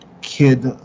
kid